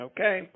Okay